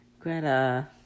Greta